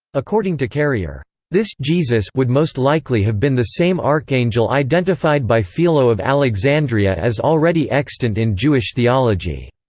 according to carrier, this jesus would most likely have been the same archangel identified by philo of alexandria as already extant in jewish theology.